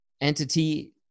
entity